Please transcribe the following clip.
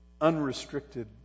unrestricted